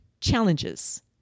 Challenges